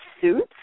suits